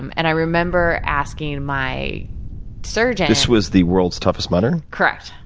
and, i remember asking my surgeon this was the world's toughest mudder? correct.